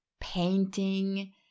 painting